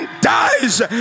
dies